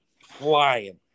flying